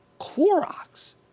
Clorox